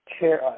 chair